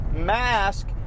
mask